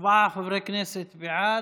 ארבעה חברי כנסת בעד.